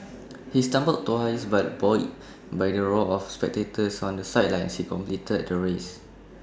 he stumbled twice but buoyed by the roar of spectators on the sidelines he completed the race